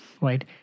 right